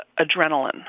adrenaline